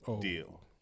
deal